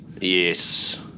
Yes